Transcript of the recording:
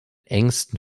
engsten